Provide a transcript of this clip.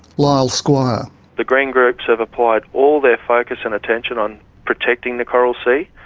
lyle squire the green groups have applied all their focus and attention on protecting the coral sea.